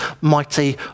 mighty